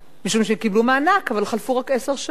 משום שקיבלו מענק, אבל חלפו רק עשר שנים.